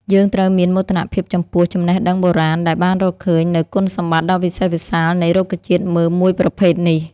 យើងត្រូវមានមោទនភាពចំពោះចំណេះដឹងបុរាណដែលបានរកឃើញនូវគុណសម្បត្តិដ៏វិសេសវិសាលនៃរុក្ខជាតិមើមមួយប្រភេទនេះ។